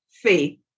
Faith